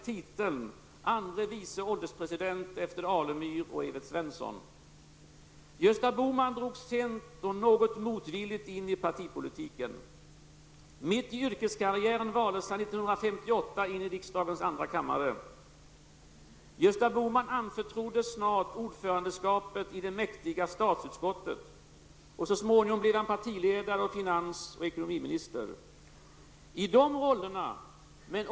Hon har varit hälso och sjukvårdsminister och socialminister. Gertrud Sigurdsens intressen har också innefattat de internationella frågorna. Ledamot och vice ordförande i utrikesutskottet, FN-delegat, ledamot av utrikesnämnden och inte minst biståndsminister.